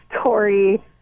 story